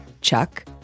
Chuck